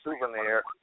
souvenir